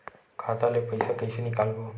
खाता ले पईसा कइसे निकालबो?